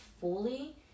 fully